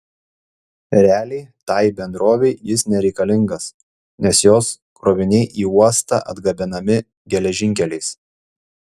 realiai tai bendrovei jis nereikalingas nes jos kroviniai į uostą atgabenami geležinkeliais